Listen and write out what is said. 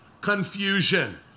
confusion